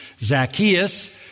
Zacchaeus